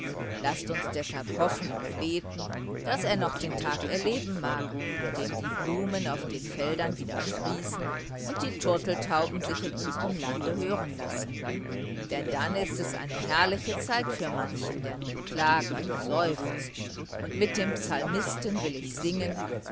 laßt uns deshalb hoffen und beten daß er noch den tag erleben mag an dem die blumen auf den feldern wieder sprießen und die turteltauben sich in unserm lande hören lassen denn dann ist es eine herrliche zeit für manchen der nun klagt und seufzt und mit dem psalmisten will ich singen